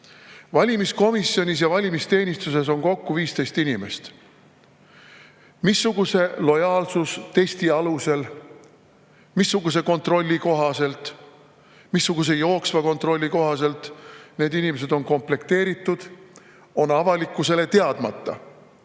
Valimiskomisjonis ja valimisteenistuses on kokku 15 inimest. Missuguse lojaalsustesti alusel, missuguse kontrolli kohaselt, missuguse jooksva kontrolli kohaselt need on komplekteeritud, on avalikkusele teadmata.